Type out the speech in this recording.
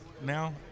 now